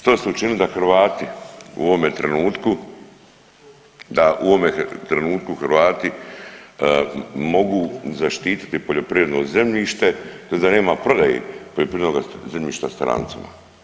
Što ste učinili da Hrvati u ovome trenutku, da u ovome trenutku Hrvati mogu zaštititi poljoprivredno zemljište tj. da nema prodaje poljoprivrednoga zemljišta strancima?